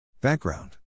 Background